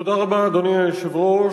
אדוני היושב-ראש,